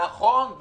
נכון.